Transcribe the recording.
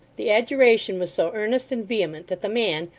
the adjuration was so earnest and vehement, that the man,